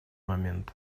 момент